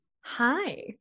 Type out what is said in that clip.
Hi